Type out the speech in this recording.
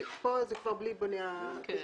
פה כבר בלי בונה הפיגומים.